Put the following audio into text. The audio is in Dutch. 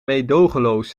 meedogenloos